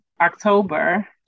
October